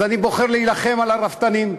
אז אני בוחר להילחם על הרפתנים,